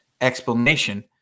explanation